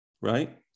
right